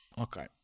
Okay